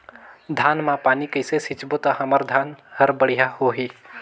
धान मा पानी कइसे सिंचबो ता हमर धन हर बढ़िया होही?